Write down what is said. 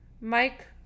Mike